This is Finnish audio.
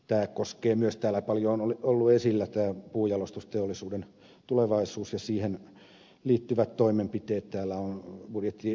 tämä koskee myös täällä paljon esillä ollutta puunjalostusteollisuuden tulevaisuutta ja siihen liittyviä toimenpiteitä